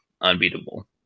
unbeatable